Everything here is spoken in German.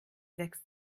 sechs